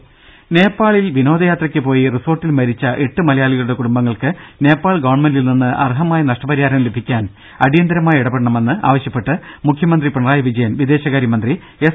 രുക നേപ്പാളിൽ വിനോദയാത്രയ്ക്ക് പോയി റിസോർട്ടിൽ മരിച്ച എട്ട് മലയാളികളുടെ കുടുംബങ്ങൾക്ക് നേപ്പാൾ ഗവൺമെന്റിൽനിന്ന് അർഹമായ നഷ്ടപരിഹാരം ലഭിക്കാൻ അടിയന്തരമായ ഇടപെടണമെന്ന് ആവശ്യപ്പെട്ട് മുഖ്യമന്ത്രി പിണറായി വിജയൻ വിദേശകാര്യമന്ത്രി എസ്